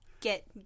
get